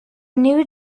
new